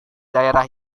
daerah